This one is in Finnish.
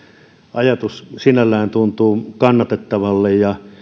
ajatus sinällään tuntuu kannatettavalle ja